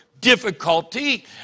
difficulty